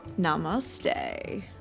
Namaste